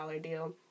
deal